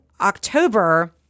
October